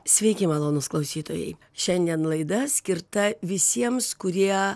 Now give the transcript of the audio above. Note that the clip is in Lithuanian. sveiki malonūs klausytojai šiandien laida skirta visiems kurie